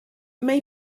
may